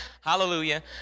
Hallelujah